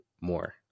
more